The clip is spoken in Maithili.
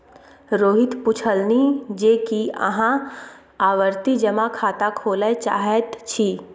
रोहित पुछलनि जे की अहाँ आवर्ती जमा खाता खोलय चाहैत छी